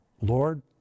Lord